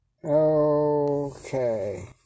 Okay